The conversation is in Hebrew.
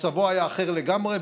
מצבו היה אחר לגמרי.